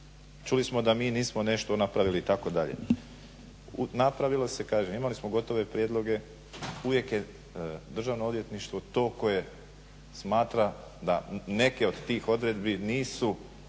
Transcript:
Čuli smo da mi nismo nešto napravili itd. Napravilo se kažem, imali smo gotove prijedloge. Uvijek je Državno odvjetništvo to koje smatra da neke od tih odredbi nisu